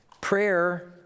prayer